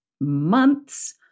months